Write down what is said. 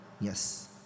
Yes